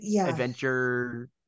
adventure